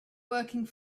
working